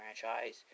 franchise